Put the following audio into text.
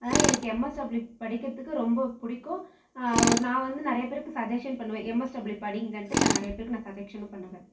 அதனால் எனக்கு எம்எஸ்டபுள்யூ படிக்கிறத்துக்கு ரொம்ப பிடிக்கும் நான் வந்து நிறைய பேருக்கு சஜ்ஜசன் பண்ணுவேன் எம்எஸ்டபுள்யூ படிங்கன்னுட்டு நான் நிறைய பேருக்கு நான் சஜ்ஜசன் பண்ணுவேன்